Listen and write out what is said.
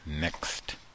next